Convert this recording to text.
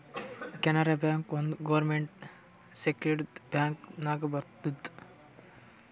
Canara bank ಒಂದ್ government ಸೆಕ್ಟರ್ದು bank ನಾಗ್ ಬರ್ತುದ್